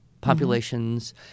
populations